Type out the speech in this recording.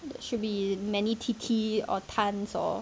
that should be many t t or tons or